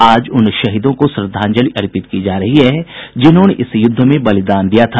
आज उन शहीदों को श्रद्वांजलि अर्पित की जा रही है जिन्होंने इस युद्ध में बलिदान दिया था